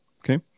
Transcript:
okay